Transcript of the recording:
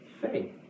faith